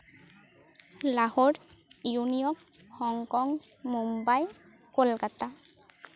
Lahore New York Hong Kong Mumbai Kolkata